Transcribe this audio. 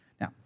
Now